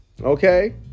Okay